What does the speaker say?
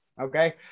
Okay